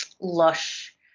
lush